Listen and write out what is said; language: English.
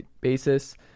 basis